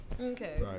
Okay